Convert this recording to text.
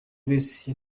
grace